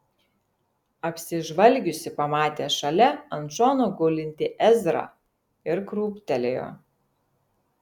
apsižvalgiusi pamatė šalia ant šono gulintį ezrą ir krūptelėjo